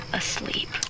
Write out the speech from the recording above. asleep